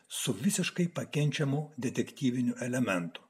su visiškai pakenčiamu detektyviniu elementu